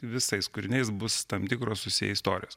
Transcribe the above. visais kūriniais bus tam tikros susiję istorijos